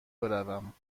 بروم